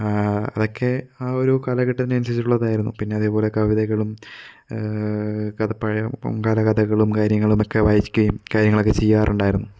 അതൊക്കെ ആ ഒരു കാലഘട്ടത്തിന് അനുസരിച്ചുള്ളത് ആയിരുന്നു പിന്നെ അതേപോലെ കവിതകളും കഥ പഴയ പൊങ്കാല കഥകളും കാര്യങ്ങളും ഒക്കെ വായിക്കുകയും കാര്യങ്ങളൊക്കെ ചെയ്യാറുണ്ടായിരുന്നു